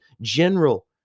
general